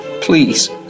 Please